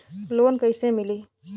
Loan कईसे मिली?